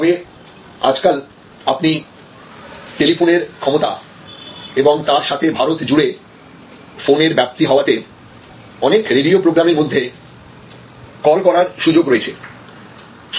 তবে আজকাল আপনি টেলিফোনের ক্ষমতা এবং তার সাথে ভারত জুড়ে ফোনের ব্যাপ্তি হওয়াতে অনেক রেডিও প্রোগ্রামের মধ্যে কল করার সুযোগ রয়েছে